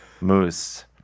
moose